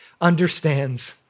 understands